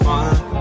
one